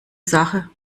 sache